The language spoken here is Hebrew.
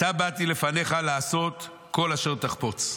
עתה באתי לפניך לעשות כל אשר תחפוץ.